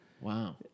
Wow